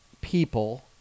people